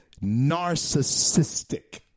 narcissistic